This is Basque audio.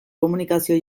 komunikazio